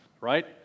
right